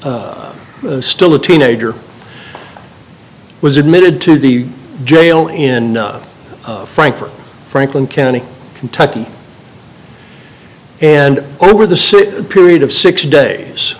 still a teenager was admitted to the jail in frankfort franklin county kentucky and over the sit period of six days